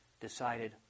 decided